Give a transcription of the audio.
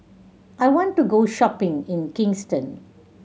I want to go shopping in Kingston